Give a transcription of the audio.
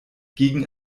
gegen